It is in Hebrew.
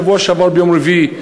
בשבוע שעבר ביום רביעי,